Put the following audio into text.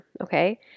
okay